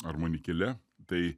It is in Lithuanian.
armonikėle tai